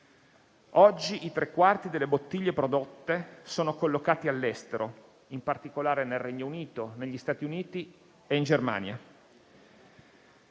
Oggi i tre quarti delle bottiglie prodotte sono collocati all'estero, in particolare nel Regno Unito, negli Stati Uniti e in Germania.